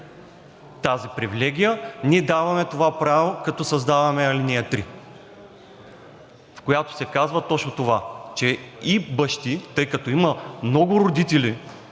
тази привилегия, ние даваме това право, като създаваме ал. 3, в която се казва точно това, че и бащи, тъй като има много родители